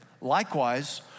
Likewise